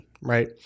right